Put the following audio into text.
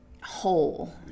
whole